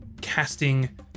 casting